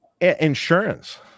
Insurance